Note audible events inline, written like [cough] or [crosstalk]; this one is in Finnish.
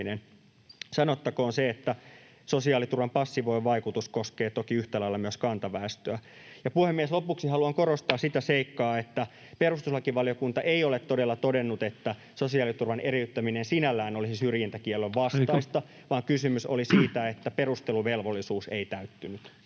Sanottakoon se, että sosiaaliturvan passivoiva vaikutus koskee toki yhtä lailla myös kantaväestöä. Puhemies! Lopuksi haluan korostaa [noise] sitä seikkaa, että perustuslakivaliokunta ei todella ole todennut, että sosiaaliturvan eriyttäminen sinällään olisi syrjintäkiellon vastaista, [Puhemies: Aika!] vaan kysymys oli siitä, että perusteluvelvollisuus ei täyttynyt.